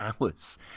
hours